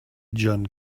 john